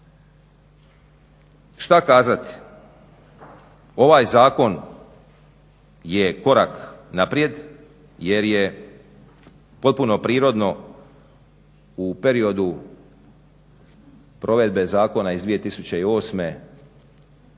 Šta kazati? Ovaj zakon je korak naprijed jer je potpuno prirodno u periodu provedbe zakona iz 2008. riješio